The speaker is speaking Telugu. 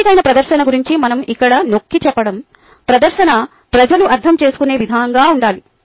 పొందికైన ప్రదర్శన గురించి మనం ఇక్కడ నొక్కిచెప్పడం ప్రదర్శన ప్రజలు అర్థం చేసుకునే విధంగా ఉండాలి